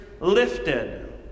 lifted